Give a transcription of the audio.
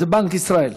זה בנק ישראל.